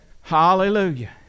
Hallelujah